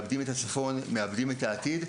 נאבד את הצפון ונאבד את העתיד.